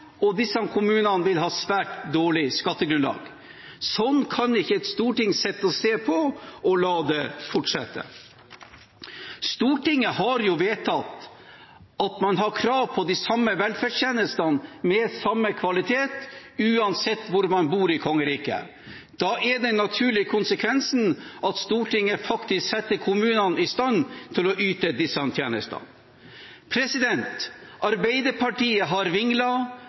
og disse kommunene vil ha svært dårlig skattegrunnlag. Sånt kan ikke et storting sitte og se på og la fortsette. Stortinget har vedtatt at man har krav på de samme velferdstjenestene med samme kvalitet, uansett hvor man bor i kongeriket. Da er den naturlige konsekvensen at Stortinget faktisk setter kommunene i stand til å yte disse tjenestene. Arbeiderpartiet har